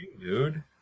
dude